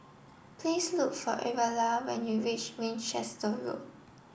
please look for Ariella when you reach Winchester Road